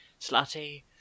slutty